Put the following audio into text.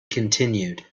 continued